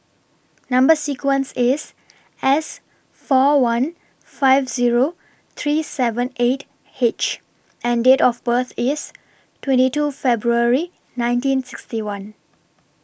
Number sequence IS S four one five Zero three seven eight H and Date of birth IS twenty two February nineteen sixty one